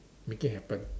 make it happen